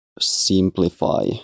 simplify